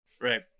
Right